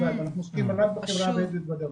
אנחנו עוסקים רק בחברה הבדואית בדרום.